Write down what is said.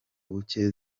buke